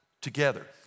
together